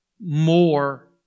more